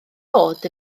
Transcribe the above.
bod